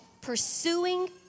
pursuing